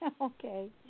Okay